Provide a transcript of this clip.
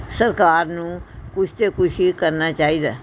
ਸਰਕਾਰ ਨੂੰ ਕੁਛ ਤੇ ਕੁਛ ਹੀ ਕਰਨਾ ਚਾਹੀਦਾ